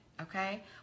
okay